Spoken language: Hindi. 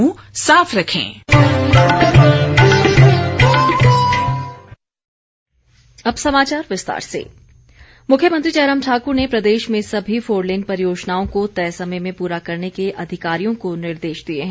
मुख्यमंत्री मुख्यमंत्री जयराम ठाक्र ने प्रदेश में सभी फोरलेन परियोजनाओं को तय समय में पूरा करने के अधिकारियों को निर्देश दिए हैं